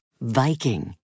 Viking